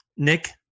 Nick